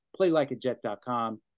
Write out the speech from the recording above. playlikeajet.com